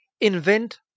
invent